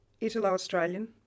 Italo-Australian